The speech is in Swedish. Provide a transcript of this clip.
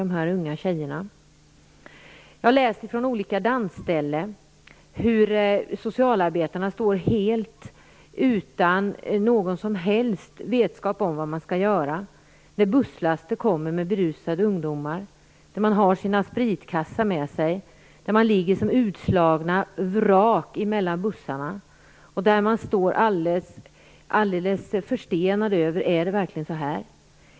Jag har läst rapporter från olika dansställen om hur socialarbetarna står utan någon som helst vetskap om vad man skall göra, när busslaster med berusade ungdomar kommer. De har sina spritkassar med sig och ligger som utslagna vrak mellan bussarna. Man undrar liksom förstenade: Är det verkligen så här?